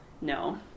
no